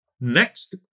Next